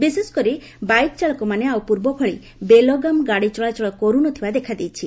ବିଶେଷକରି ବାଇକ୍ଚାଳକମାନେ ଆଉ ପୂର୍ବଭଳି ବେଲଗାମ ଗାଡ଼ି ଚଳାଚଳ କରୁନଥିବା ଦେଖାଯାଇଛି